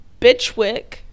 Bitchwick